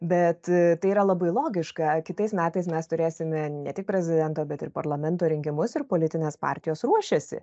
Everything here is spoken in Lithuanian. bet tai yra labai logiška kitais metais mes turėsime ne tik prezidento bet ir parlamento rinkimus ir politinės partijos ruošiasi